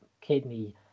kidney